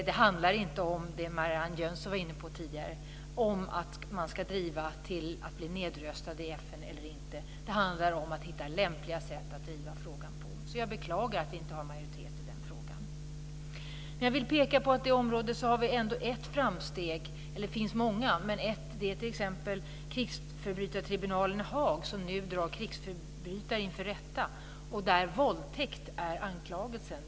Det handlar inte om det Marianne Jönsson var inne på tidigare, dvs. om man ska driva frågan så att man blir nedröstad i FN eller inte. Det handlar om att hitta lämpliga sätt att driva frågan på. Jag beklagar att vi inte har majoritet i den frågan. Inom detta område har det gjorts många framsteg. Ett exempel är krigsförbrytartribunalen i Haag som nu drar krigsförbrytare inför rätta. Där är våldtäkt anklagelsen.